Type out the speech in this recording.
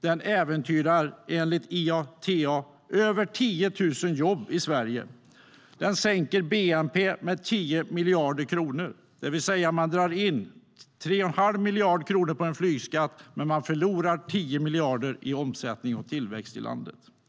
Den äventyrar enligt IATA över 10 000 jobb i Sverige. Den sänker bnp med 10 miljarder kronor. Man drar in 3 1⁄2 miljard kronor på en flygskatt, men man förlorar 10 miljarder i omsättning och tillväxt i landet.